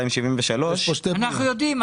פנייה מס' 273. אנחנו יודעים,